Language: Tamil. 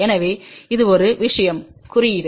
எனவே இது ஒரு விஷயம் குறியீடு